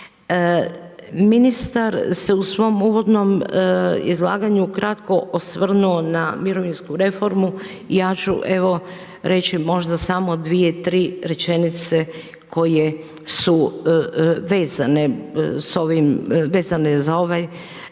Ministar se u svom uvodnom izlaganju u kratko osvrnuo na mirovinsku reformu, ja ću reći evo možda samo dvije, tri rečenice koje su vezane za ovaj zakon,